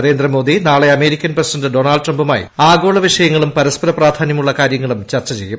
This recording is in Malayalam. നരേന്ദ്രമോദി നാളെ അമേരിക്കൻ പ്രസിദ്ധന്റ് ഡൊണാൾഡ് ട്രംപുമായി ആഗോള വിഷയങ്ങളും പരൂസ്പൂർ പ്രാധാന്യമുള്ള കാര്യങ്ങളും ചർച്ച ചെയ്യും